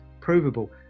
provable